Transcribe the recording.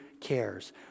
cares